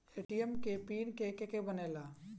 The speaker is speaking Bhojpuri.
ए.टी.एम के पिन के के बनेला?